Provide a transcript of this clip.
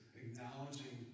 acknowledging